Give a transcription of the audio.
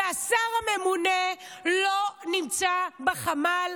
והשר הממונה לא נמצא בחמ"ל,